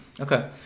okay